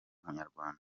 umunyarwanda